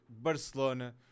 Barcelona